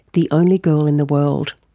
the only girl in the world,